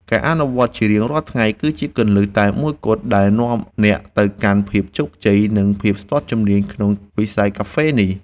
ការអនុវត្តជារៀងរាល់ថ្ងៃ គឺជាគន្លឹះតែមួយគត់ដែលនាំអ្នកទៅកាន់ភាពជោគជ័យ និងភាពស្ទាត់ជំនាញក្នុងវិស័យកាហ្វេនេះ។